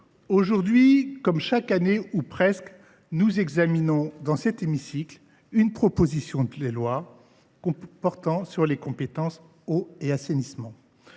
aujourd’hui, comme chaque année ou presque, nous examinons dans cet hémicycle une proposition de loi portant sur les compétences « eau » et « assainissement